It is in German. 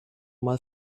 mal